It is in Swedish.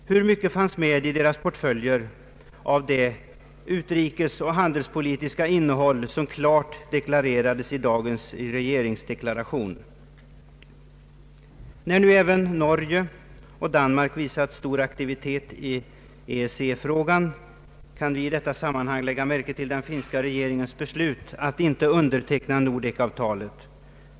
Hur mycket fanns med i deras portföljer av det utrikesoch handelspolitiska innehåll som klart uttalades i dagens regeringsdeklaration. När nu även Norge och Danmark visat stor aktivitet i EEC-frågan kan vi i detta sammanhang lägga märke till den finska regeringens beslut att inte underteckna Nordekavtalet.